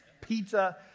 Pizza